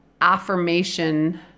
affirmation